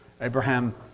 Abraham